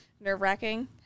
nerve-wracking